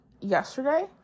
yesterday